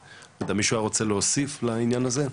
מישהו היה רוצה להוסיף כל העניין הזה?